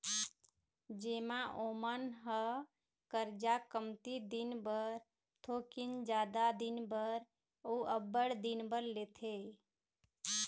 जेमा ओमन ह करजा कमती दिन बर, थोकिन जादा दिन बर, अउ अब्बड़ दिन बर लेथे